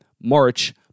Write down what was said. March